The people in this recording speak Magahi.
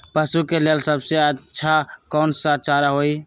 पशु के लेल सबसे अच्छा कौन सा चारा होई?